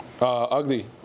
Ugly